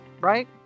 right